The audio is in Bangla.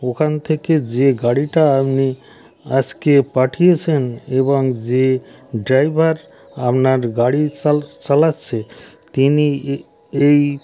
ওখান থেকে যে গাড়িটা আপনি আজকে পাঠিয়েছেন এবং যে ড্রাইভার আপনার গাড়ি চালাচ্ছে তিনি এই